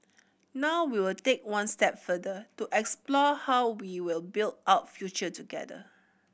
now we will take one step further to explore how we will build out future together